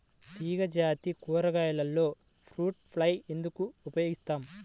తీగజాతి కూరగాయలలో fruit fly ఎందుకు ఉపయోగిస్తాము?